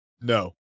No